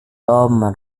tom